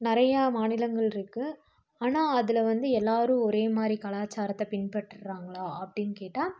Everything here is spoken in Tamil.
நிறையா மாநிலங்கள் இருக்குது ஆனால் அதில் வந்து எல்லாரும் ஒரே மாதிரி கலாச்சாரத்தை பின்பற்றுறாங்களா அப்படினு கேட்டால்